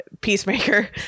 Peacemaker